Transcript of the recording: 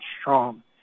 strong